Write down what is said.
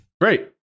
great